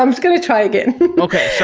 i'm just going to try again okay.